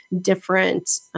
different